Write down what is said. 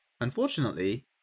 Unfortunately